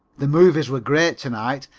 the movies were great to-night.